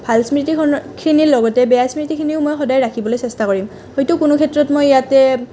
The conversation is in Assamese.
ভাল স্মৃতিখিনিৰ লগতে বেয়া স্মৃতিখিনিও মই সদায় ৰাখিবলৈ চেষ্টা কৰিম হয়তো কোনো ক্ষেত্ৰত মই ইয়াতে